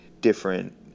different